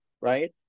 right